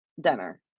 dinner